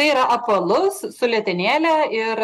tai yra apvalus su letenėle ir